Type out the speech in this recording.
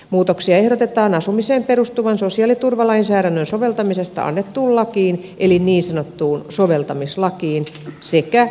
muutoksia ehdotetaan asumiseen perustuvan sosiaaliturvalainsäädännön soveltamisesta annettuun lakiin eli niin sanottuun soveltamislakiin sekä sairausvakuutuslakiin